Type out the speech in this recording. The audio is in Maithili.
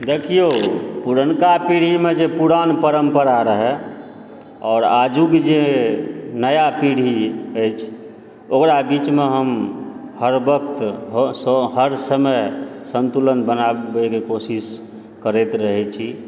देखिऔ पुरनका पीढ़ीेमे जे पुरान परम्परा रहय आओर आजुक जे नया पीढ़ी अछि ओकरा बीचमे हम हर वक्त हर समय सन्तुलन बनाबयके कोशिश करैत रहै छी